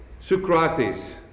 Socrates